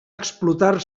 explotar